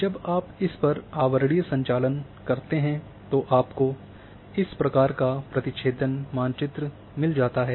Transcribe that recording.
जब आप इस पर आवरणीय संचालन करते हैं तो आपको इस तरह का प्रतिच्छेदन मानचित्र मिल जाता है